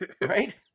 Right